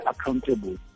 accountable